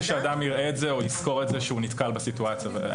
שאדם יראה את זה או יזכור את זה שהוא נתקל בסיטואציה הזאת?